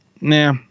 nah